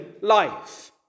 life